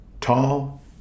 tall